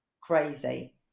crazy